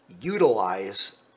utilize